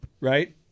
right